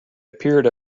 appeared